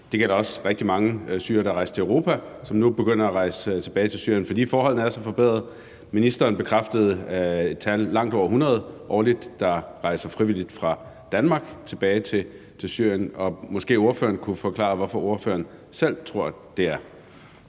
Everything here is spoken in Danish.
Det gælder også rigtig mange syrere, der er rejst til Europa, og som nu begynder at rejse tilbage til Syrien, fordi forholdene er så forbedrede. Ministeren bekræftede, at det er langt over 100 årligt, der frivilligt rejser fra Danmark tilbage til Syrien. Og måske kunne ordføreren forklare, hvorfor ordføreren selv tror det er.